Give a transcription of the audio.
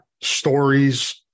stories